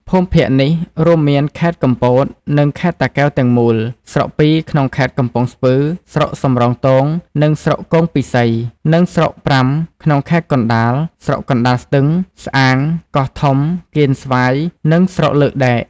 ភូមិភាគនេះ រួមមានខេត្តកំពតនិងខេត្តតាកែវទាំងមូល ស្រុកពីរ ក្នុងខេត្តកំពង់ស្ពឺ (ស្រុកសំរោងទង និងស្រុកគងពិសី) និងស្រុកប្រាំក្នុងខេត្តកណ្តាល (ស្រុកកណ្តាលស្ទឹង ស្អាង កោះធំ កៀនស្វាយ និងស្រុកលើកដែក)។